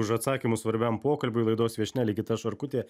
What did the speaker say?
už atsakymus svarbiam pokalbiui laidos viešnia ligita šarkutė